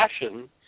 fashion